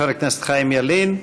חבר הכנסת חיים ילין,